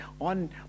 on